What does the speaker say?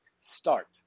start